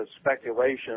speculation